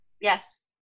Yes